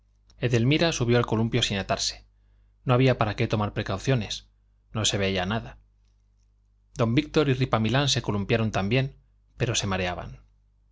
edelmira subió al columpio sin atarse no había para qué tomar precauciones no se veía nada don víctor y ripamilán se columpiaron también pero se mareaban